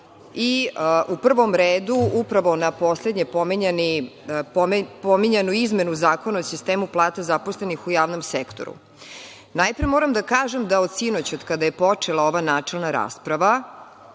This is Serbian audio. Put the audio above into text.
U prvom redu, upravo na poslednje pominjanu izmenu Zakona o sistemu plata zaposlenih u javnom sektoru. Najpre moram da kažem da od sinoć, od kada je počela ova načelna rasprava,